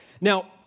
Now